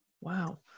wow